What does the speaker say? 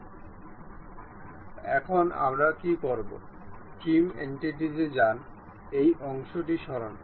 সুতরাং এটি এই এজের সাথে সংযুক্ত করা হয়